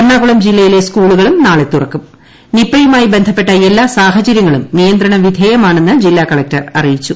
എറണാകുളം ജില്ലയിലെ സ്കൂളുകളും നാളെ തുറക്കു്ർ നിപ്പയുമായി ബന്ധപ്പെട്ട എല്ലാ സാഹചര്യങ്ങളും നിയന്ത്രണ്ട് പ്രിധേയമാണെന്ന് ജില്ലാകളക്ടർ അറിയിച്ചു